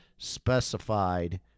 specified